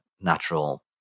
natural